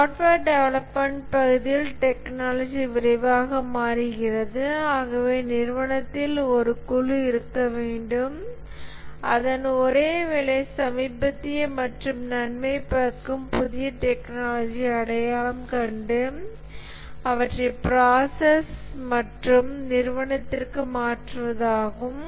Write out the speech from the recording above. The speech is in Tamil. சாஃப்ட்வேர் டெவலப்மென்ட் பகுதியில் டெக்னாலஜி விரைவாக மாறுகிறது ஆகவே நிறுவனத்தில் ஒரு குழு இருக்க வேண்டும் அதன் ஒரே வேலை சமீபத்திய மற்றும் நன்மை பயக்கும் புதிய டெக்னாலஜியை அடையாளம் கண்டு அவற்றை ப்ராசஸ் மற்றும் நிறுவனத்திற்கு மாற்றுவதாகும்